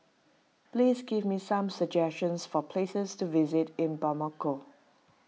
please give me some suggestions for places to visit in Bamako